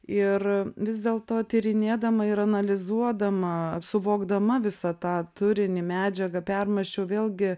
ir vis dėlto tyrinėdama ir analizuodama suvokdama visą tą turinį medžiagą permąsčiau vėlgi